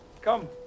Come